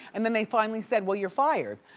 and then they finally said, well, you're fired.